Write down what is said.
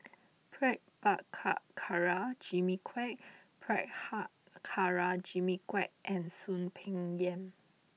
Prabhakara Jimmy Quek Prabhakara Jimmy Quek and Soon Peng Yam